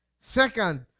Second